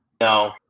No